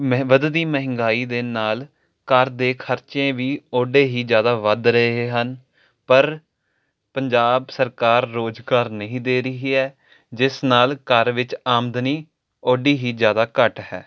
ਮੈਂ ਵਧਦੀ ਮਹਿੰਗਾਈ ਦੇ ਨਾਲ ਘਰ ਦੇ ਖਰਚੇ ਵੀ ਉਡੇ ਹੀ ਜ਼ਿਆਦਾ ਵੱਧ ਰਹੇ ਹਨ ਪਰ ਪੰਜਾਬ ਸਰਕਾਰ ਰੋਜ਼ਗਾਰ ਨਹੀਂ ਦੇ ਰਹੀ ਹੈ ਜਿਸ ਨਾਲ ਘਰ ਵਿੱਚ ਆਮਦਨੀ ਓਡੀ ਹੀ ਜ਼ਿਆਦਾ ਘੱਟ ਹੈ